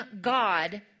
God